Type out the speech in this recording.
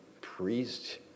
priest